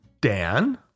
Dan